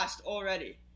already